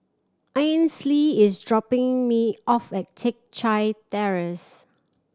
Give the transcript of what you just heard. Ainsley is dropping me off at Teck Chye Terrace